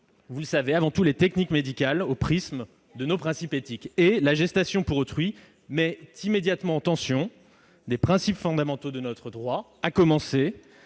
vous le savez, à scruter les techniques médicales, pour les examiner au prisme de nos principes éthiques. Or la gestation pour autrui met immédiatement en tension des principes fondamentaux de notre droit, à commencer